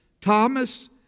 Thomas